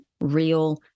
Real